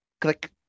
click